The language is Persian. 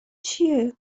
چیه